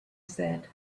said